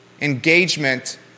engagement